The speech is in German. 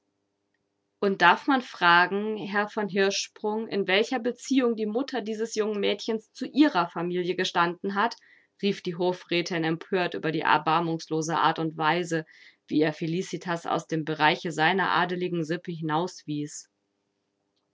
und darf man fragen herr von hirschsprung in welcher beziehung die mutter dieses jungen mädchens zu ihrer familie gestanden hat rief die hofrätin empört über die erbarmungslose art und weise wie er felicitas aus dem bereiche seiner adeligen sippe